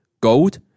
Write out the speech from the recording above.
gold